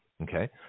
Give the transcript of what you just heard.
Okay